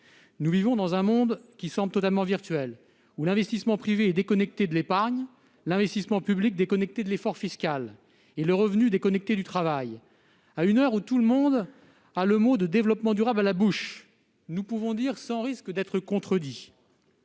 Nous vivons dans un monde qui semble totalement virtuel, où l'investissement privé est déconnecté de l'épargne, l'investissement public déconnecté de l'effort fiscal, le revenu déconnecté du travail ! À l'heure où les mots « développement durable » sont sur toutes les lèvres, nous pouvons dire, sans risque d'être contredit,